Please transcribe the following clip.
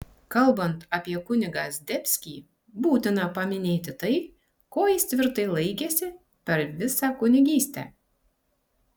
kalbant apie kunigą zdebskį būtina paminėti tai ko jis tvirtai laikėsi per visą kunigystę